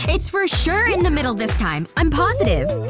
it's for sure in the middle this time. i'm positive